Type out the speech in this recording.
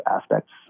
aspects